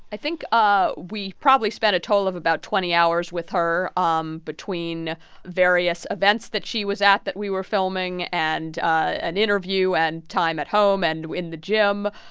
i think ah we probably spent a total of about twenty hours with her um between various events that she was at that we were filming, and an interview, and time at home and in the gym.